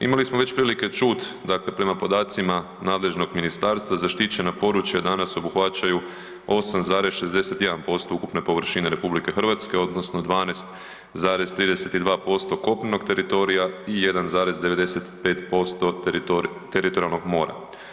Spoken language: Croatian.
Imali smo već prilike čuti prema podacima nadležnog ministarstva zaštićena područja danas obuhvaćaju 8,61% ukupne površine RH odnosno 12,32% kopnenog teritorija i 1,95% teritorijalnog mora.